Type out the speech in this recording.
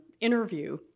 interview